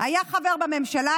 היה חבר בממשלה,